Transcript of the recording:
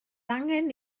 angen